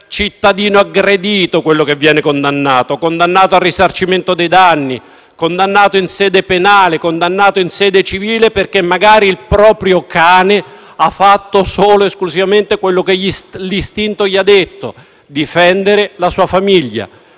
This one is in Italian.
cittadino aggredito quello che viene condannato, condannato al risarcimento dei danni, condannato in sede penale, condannato in sede civile perché magari il proprio cane ha fatto solo ed esclusivamente quello che l'istinto gli ha detto: difendere la sua famiglia.